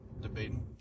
Debating